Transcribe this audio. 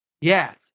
Yes